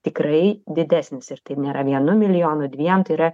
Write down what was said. tikrai didesnis ir tai nėra vienu milijonu dviem tai yra